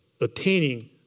attaining